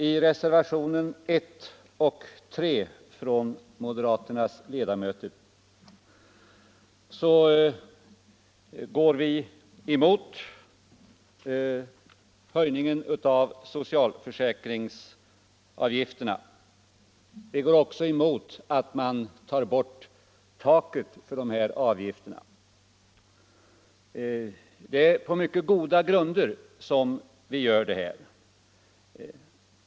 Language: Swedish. I reservationerna 1 och 3 går moderaternas ledamöter emot höjningen av socialförsäkringsavgifterna. Vi går också emot att man tar bort taket för dessa avgifter. Det är på mycket goda grunder vi gör detta.